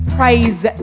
praise